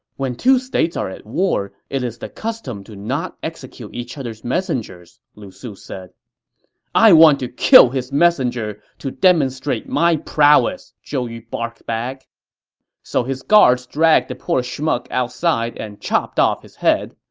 when two states are at war, it is the custom to not execute each other's messengers, lu su said i want to kill his messenger to demonstrate my prowess! zhou yu barked back so his guards dragged the poor schmuck outside and chopped off his head.